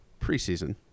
preseason